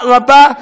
תודה רבה,